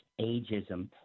ageism